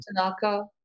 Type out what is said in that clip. Tanaka